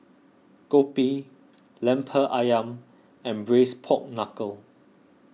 Kopi Lemper Ayam and Braised Pork Knuckle